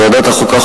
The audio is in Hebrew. ועדת החוקה,